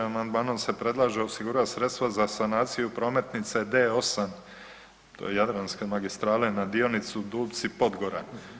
Amandmanom se predlaže osigurati sredstva za sanaciju prometnice D8 do Jadranske magistrale na dionicu Dupci-Podgora.